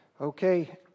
Okay